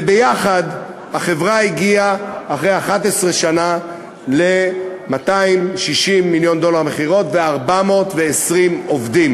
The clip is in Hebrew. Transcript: וביחד החברה הגיעה אחרי 11 שנה ל-260 מיליון דולר מכירות ו-420 עובדים.